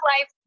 life